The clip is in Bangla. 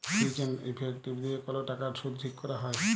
ফিজ এন্ড ইফেক্টিভ দিয়ে কল টাকার শুধ ঠিক ক্যরা হ্যয়